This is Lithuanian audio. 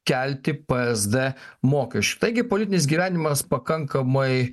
kelti psd mokesčių taigi politinis gyvenimas pakankamai